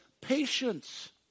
patience